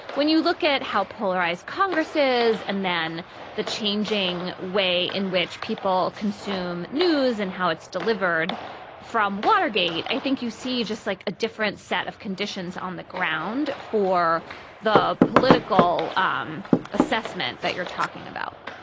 when you look at how polarized congress is and then the changing way in which people consume news and how it's delivered from watergate i think you see just like a different set of conditions on the ground for the political um assessment that you're talking about.